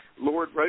Lord